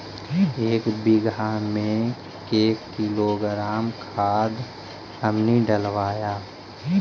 एक बीघा मे के किलोग्राम खाद हमनि डालबाय?